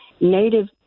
Native